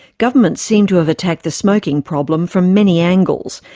governments seem to have attacked the smoking problem from many angles.